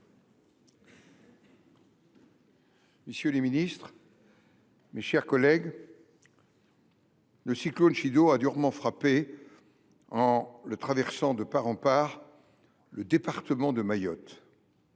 Messieurs les ministres, mes chers collègues, le cyclone Chido a durement frappé, en le traversant de part en part, le département de Mayotte,